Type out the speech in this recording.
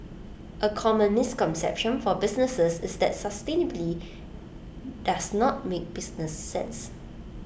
A common misconception for businesses is that sustainability does not make business sense